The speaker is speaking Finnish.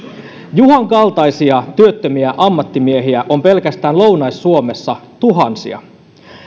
juhan kaltaisia työttömiä ammattimiehiä on pelkästään lounais suomessa tuhansia